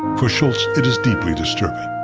for shultz, it is deeply disturbing.